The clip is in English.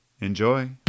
Enjoy